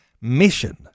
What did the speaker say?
mission